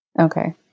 Okay